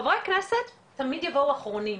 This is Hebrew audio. חברי הכנסת תמיד יבואו אחרונים,